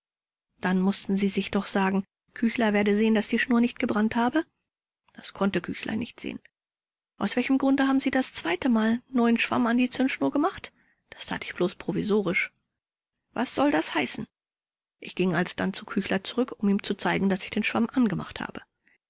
dann mußten sie sich doch sagen küchler werde sehen daß die schnur nicht gebrannt habe rupsch das konnte küchler nicht sehen vors aus welchem grunde haben sie das zweitemal neuen schwamm an die zündschnur gemacht rupsch das tat ich bloß provisorisch vors was soll das heißen rupsch ich ging alsdann zu küchler zurück um ihm zu zeigen daß ich den schwamm angemacht habe